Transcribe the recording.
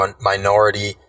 minority